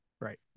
Right